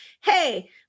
hey